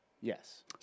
Yes